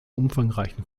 umfangreichen